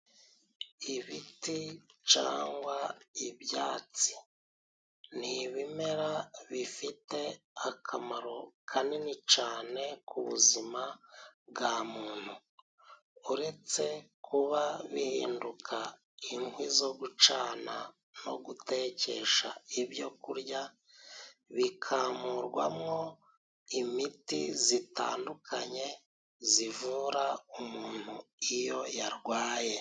Ibiti cangwa ibyatsi ni ibimera bifite akamaro kanini cane ku buzima bwa muntu, uretse kuba bihinduka inkwi zo gucana no gutekesha ibyo kurya bikamurwamwo imiti zitandukanye zivura umuntu iyo yarwaye.